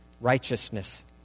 Righteousness